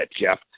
Jeff